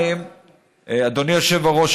אדוני היושב-ראש,